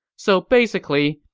so basically,